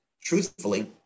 truthfully